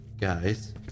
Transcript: Guys